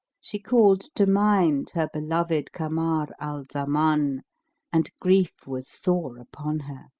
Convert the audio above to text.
she called to mind her beloved kamar al-zaman and grief was sore upon her.